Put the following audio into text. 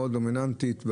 הייתה דומיננטית מאוד.